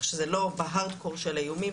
שזה לא בהארד קור של האיומים,